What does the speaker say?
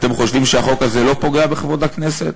אתם חושבים שהחוק הזה לא פוגע בכבוד הכנסת?